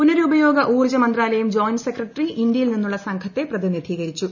പുനരുപയോഗ ഊർജ്ജ മന്ത്രാലയം ജോയിന്റ് സെക്രട്ടറി ഇന്ത്യയിൽ നിന്നുള്ള സംഘത്തെ പ്രതിനിധികരിച്ചു